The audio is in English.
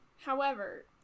However-